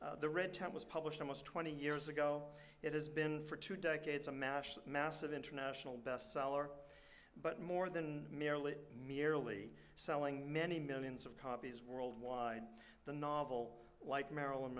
the red tent was published almost twenty years ago it has been for two decades ammash massive international bestseller but more than merely merely selling many millions of copies worldwide the novel like marilyn